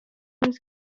his